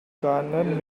garnered